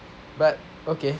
but okay